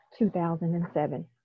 2007